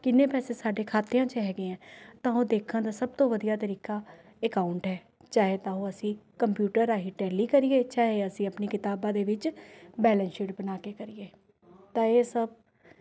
ਕਿੰਨੇ ਪੈਸੇ ਸਾਡੇ ਖਾਤਿਆਂ 'ਚ ਹੈਗੇ ਹੈ ਤਾਂ ਉਹ ਦੇਖਣ ਦਾ ਸਭ ਤੋਂ ਵਧੀਆ ਤਰੀਕਾ ਅਕਾਊਂਟ ਹੈ ਚਾਹੇ ਤਾਂ ਉਹ ਅਸੀਂ ਕੰਪਿਊਟਰ ਰਾਹੀਂ ਟੈਲੀ ਕਰੀਏ ਚਾਹੇ ਅਸੀਂ ਆਪਣੀ ਕਿਤਾਬਾਂ ਦੇ ਵਿੱਚ ਬੇਲੈਂਸ ਸ਼ੀਟ ਬਣਾ ਕੇ ਕਰੀਏ ਤਾਂ ਇਹ ਸਭ